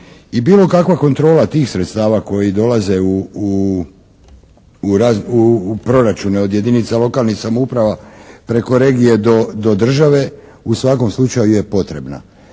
i bilo kakva kontrola tih sredstava koji dolaze u proračune od jedinica lokalnih samouprava preko regije do države u svakom slučaju je potrebna.